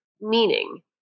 meaning